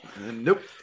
nope